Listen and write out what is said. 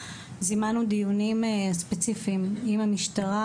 זימנו דיונים ספציפיים עם המשטרה,